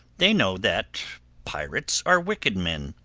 they know that pirates are wicked men,